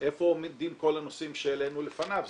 איפה עומדים כל הנושאים שהעלינו לפניו.